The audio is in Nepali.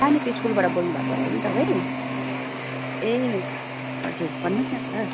नानीको स्कुलबाट बोल्नुभएको होला होइन तपाईँ ए हजुर भन्नुहोस् न सर